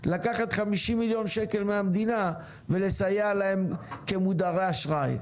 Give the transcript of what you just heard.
לקחת 50 מיליון שקל מהמדינה ולסייע להם כמודרי אשראי.